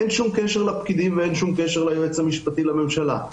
אין שום קשר לפקידים ואין שום קשר ליועץ המשפטי לממשלה.